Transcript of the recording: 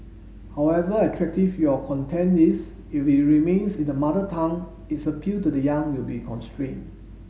however attractive your content is if it remains in the Mother Tongue its appeal to the young will be constrained